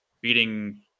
beating